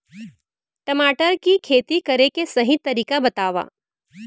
टमाटर की खेती करे के सही तरीका बतावा?